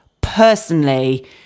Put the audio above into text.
personally